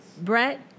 Brett